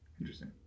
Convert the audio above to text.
Interesting